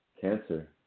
cancer